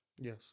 Yes